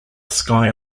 sky